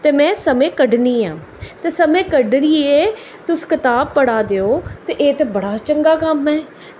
ते में समें कड्ढनी आं ते समें कड्डियै तुस कताब पढ़ा दे ओ ते एह् ते बड़ा चंगा कम्म ऐ